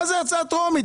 מה זה הצעה טרומית?